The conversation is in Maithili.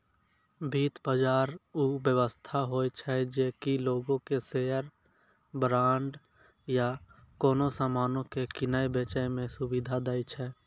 वित्त बजार उ व्यवस्था होय छै जे कि लोगो के शेयर, बांड या कोनो समानो के किनै बेचै मे सुविधा दै छै